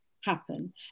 happen